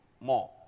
more